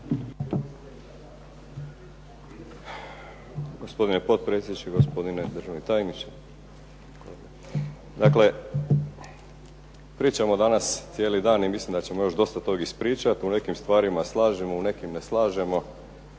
Gospodine potpredsjedniče, gospodine državni tajniče. Dakle, pričamo danas cijeli dan i mislim da ćemo još dosta tog ispričat. U nekim stvarima se slažemo, u nekim ne slažemo.